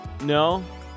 no